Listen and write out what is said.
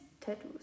tattoos